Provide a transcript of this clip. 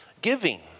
giving